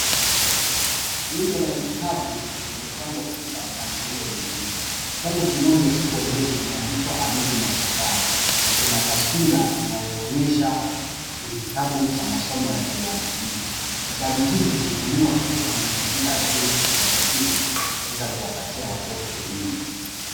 Rundo la vitabu vilivyopangwa katika mpangilio mzuri, kitabu kimoja kiko mbele kimwandikwa ayubu mashakani na kina taswira inayoonyesha ni kitabu cha masomo ya shule ya msingi. Vitabu hivi hutumiwa katika mazingira ya elimu ya shule ya msingi kuweza kuwapatia watoto elimu.